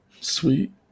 Sweet